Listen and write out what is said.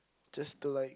just to like